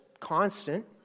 constant